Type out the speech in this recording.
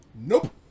Nope